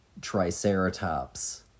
triceratops